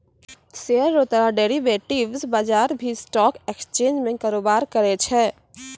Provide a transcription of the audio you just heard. share रो तरह derivatives बजार भी स्टॉक एक्सचेंज में कारोबार करै छै